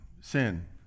sin